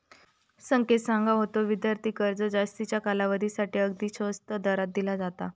संकेत सांगा होतो, विद्यार्थी कर्ज जास्तीच्या कालावधीसाठी अगदी स्वस्त दरात दिला जाता